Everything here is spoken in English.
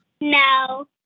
No